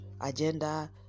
agenda